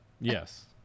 yes